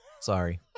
Sorry